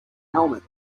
helmet